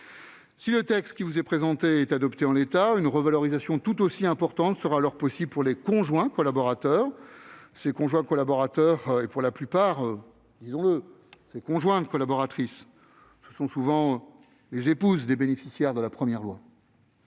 Si le texte qui vous est présenté est adopté en l'état, une revalorisation tout aussi importante sera alors possible pour les conjoints collaborateurs. Ces conjoints collaborateurs, pour la plupart- disons-le -conjointes collaboratrices, sont souvent les épouses des bénéficiaires de la première loi.